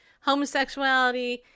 homosexuality